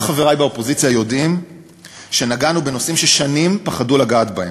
גם חברי באופוזיציה יודעים שנגענו בנושאים ששנים פחדו לגעת בהם: